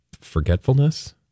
forgetfulness